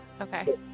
Okay